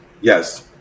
Yes